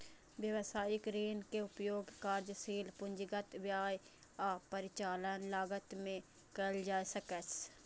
व्यवसायिक ऋण के उपयोग कार्यशील पूंजीगत व्यय आ परिचालन लागत मे कैल जा सकैछ